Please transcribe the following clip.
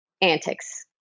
antics